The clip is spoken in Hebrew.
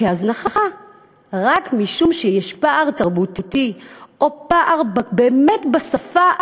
כהזנחה רק משום שיש פער תרבותי או פער בשפה,